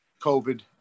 COVID